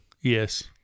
Yes